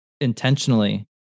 intentionally